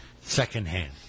Secondhand